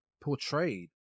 portrayed